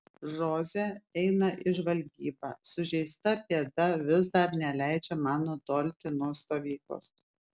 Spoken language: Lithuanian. žoze eina į žvalgybą sužeista pėda vis dar neleidžia man nutolti nuo stovyklos